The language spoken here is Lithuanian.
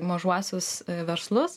mažuosius verslus